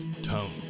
Tone